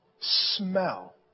smell